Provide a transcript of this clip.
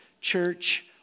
Church